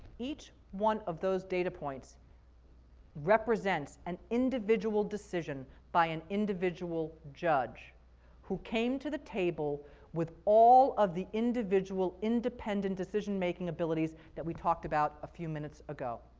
each one of those data points represents an individual decision by an individual judge who came to the table with all of the individual, independent decision making abilities that we talked about a few minutes ago.